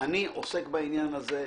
אני עוסק בעניין הזה.